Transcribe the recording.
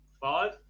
five